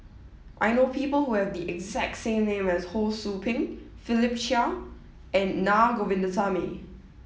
I know people who have the exact name as Ho Sou Ping Philip Chia and Naa Govindasamy